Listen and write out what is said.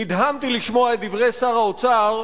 נדהמתי לשמוע את דברי שר האוצר,